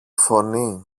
φωνή